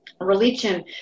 religion